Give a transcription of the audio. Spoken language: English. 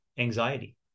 anxiety